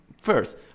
first